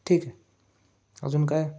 ठीक आहे अजून काय